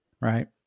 Right